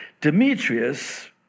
Demetrius